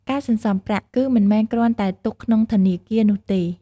ការសន្សំប្រាក់ គឺមិនមែនគ្រាន់តែទុកក្នុងធនាគារនោះទេ។